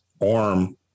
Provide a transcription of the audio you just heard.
arm